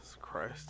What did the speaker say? Christ